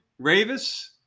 Ravis